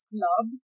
Club